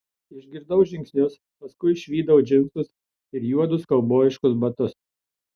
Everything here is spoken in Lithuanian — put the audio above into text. išgirdau žingsnius paskui išvydau džinsus ir juodus kaubojiškus batus